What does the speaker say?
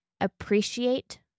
appreciate